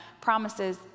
promises